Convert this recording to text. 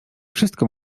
wszystko